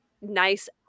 nice